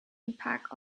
impact